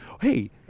hey